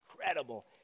Incredible